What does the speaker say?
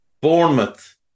Bournemouth